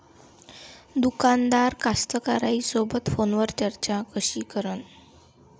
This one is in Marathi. दुकानदार कास्तकाराइसोबत फोनवर चर्चा कशी करन?